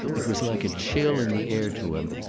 it was like a chill in the air to him,